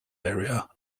area